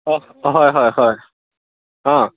অঁ অঁ হয় হয় অঁ